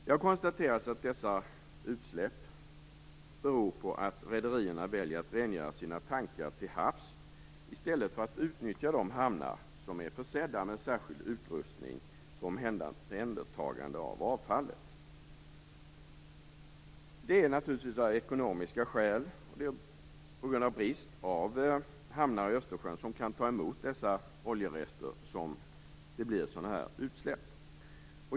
Det har konstaterats att dessa utsläpp beror på att rederierna väljer att rengöra sina tankar till havs i stället för att utnyttja de hamnar som är försedda med särskild utrustning för omhändertagande av avfallet. Det är naturligtvis av ekonomiska skäl och på grund av brist på hamnar i Östersjön som kan ta emot oljerester.